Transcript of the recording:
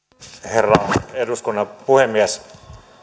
herra eduskunnan puhemies